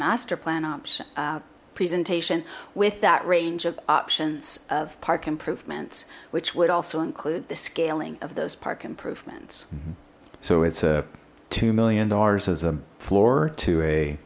master plan option presentation with that range of options of park improvements which would also include the scaling of those park improvements so it's a two million dollars as a floor to a